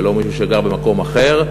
ולא מישהו שגר במקום אחר,